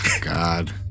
God